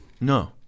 No